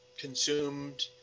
consumed